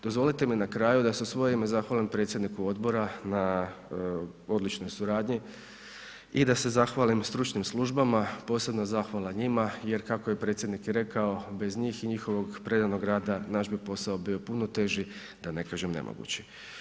Dozvolite mi na kraju da se u svoje ime zahvalim predsjedniku odbora na odličnoj suradnji i da se zahvalim stručnim službama, posebna zahvala njima jer kako je predsjednik rekao, bez njih i njihovog predanog rada naš bi posao bio puno teži da ne kažem nemogući.